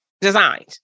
designed